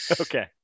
Okay